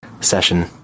session